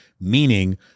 meaning